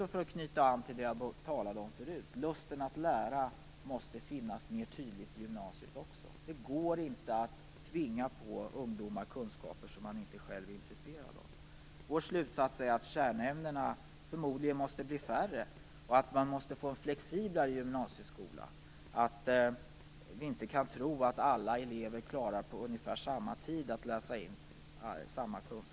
För att knyta an till det som jag talade om tidigare måste lusten att lära finnas kvar också i gymnasiet. Det går inte att tvinga på ungdomar kunskaper som de själva inte är intresserade av. Vår slutsats är att kärnämnena förmodligen måste bli färre och att gymnasieskolan måste bli flexiblare. Vi kan inte tro att alla elever klarar att läsa in ungefär samma kunskaper på samma tid.